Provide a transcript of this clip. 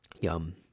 yum